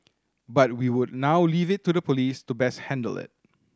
but we would now leave it to the police to best handle it